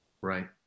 Right